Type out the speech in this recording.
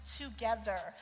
together